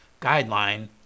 guideline